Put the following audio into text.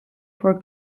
for